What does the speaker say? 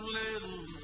little